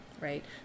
right